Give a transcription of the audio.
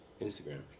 Instagram